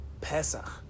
Pesach